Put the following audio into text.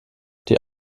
die